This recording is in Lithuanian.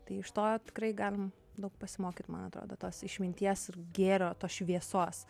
tai iš to tikrai galim daug pasimokyt man atrodo tos išminties ir gėrio tos šviesos